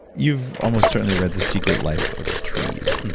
you've almost certainly read the secret life of trees.